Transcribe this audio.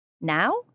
Now